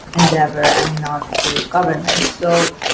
endeavor, and not through government. so,